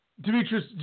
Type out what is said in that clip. Demetrius